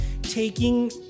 taking